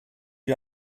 you